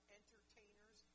entertainers